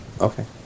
Okay